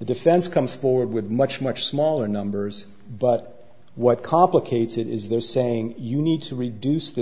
the defense comes forward with much much smaller numbers but what complicates it is they're saying you need to reduce